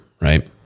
right